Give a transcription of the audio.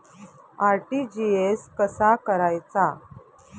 RTGS कसा करायचा?